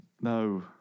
No